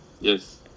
Yes